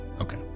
Okay